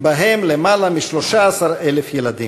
ובהם יותר מ-13,000 ילדים,